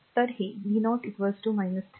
तर हे v0 3 i आहे